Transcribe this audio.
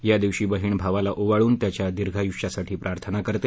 या दिवशी बहिण भावाला ओवाळून त्याच्या दीर्घायुष्यासाठी प्रार्थना करते